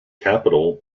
capital